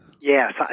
Yes